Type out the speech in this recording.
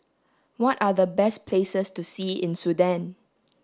what are the best places to see in Sudan